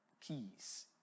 keys